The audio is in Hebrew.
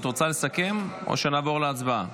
את רוצה לסכם, או שנעבור להצבעה?